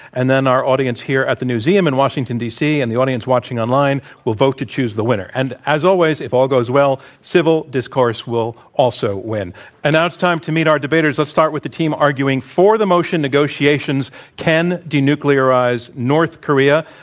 and then our audience here at the newseum in washington, d. c, and the audience watching online, will vote to choose the winner. and as always, if all goes well, civil discourse will also win. and time to meet our debaters. let's start with the team arguing for the motion, negotiations can denuclearize north korea.